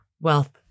wealth